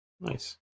Nice